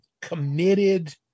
committed